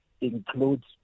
includes